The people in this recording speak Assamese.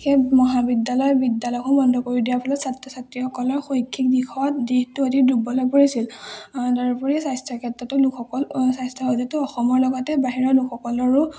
সেই মহাবিদ্যালয় বিদ্যালয়সমূহ বন্ধ কৰি দিয়াৰ ফলত ছাত্ৰ ছাত্ৰীসকলৰ শৈক্ষিক দিশত দিশটো অতি দুৰ্বল হৈ পৰিছিল তাৰোপৰি স্বাস্থ্য ক্ষেত্ৰতো লোকসকল অসমৰ লগতে বাহিৰৰ লোকসকলৰো